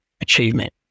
achievement